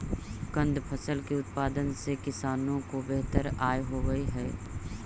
कंद फसल के उत्पादन से किसानों को बेहतर आय होवअ हई